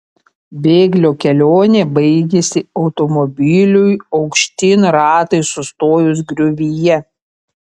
bėglio kelionė baigėsi automobiliui aukštyn ratais sustojus griovyje